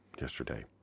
yesterday